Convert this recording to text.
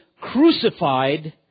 crucified